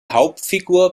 hauptfigur